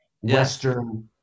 Western